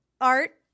Art